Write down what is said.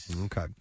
Okay